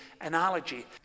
analogy